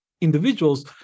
individuals